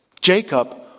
Jacob